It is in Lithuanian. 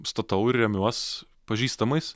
statau remiuos pažįstamais